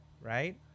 right